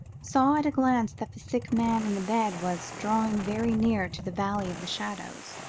saw at a glance that the sick man in the bed was drawing very near to the valley of the shadow.